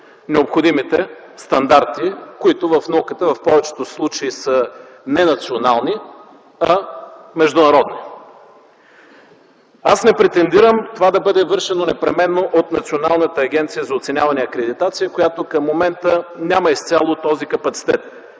необходимите стандарти, които в науката в повечето случаи са не национални, а международни. Аз не претендирам това да бъде правено непременно от Националната агенция за оценяване и акредитация, която към момента няма изцяло този капацитет,